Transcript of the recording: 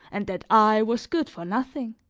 and that i was good for nothing